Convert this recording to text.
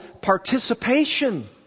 participation